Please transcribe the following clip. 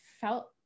felt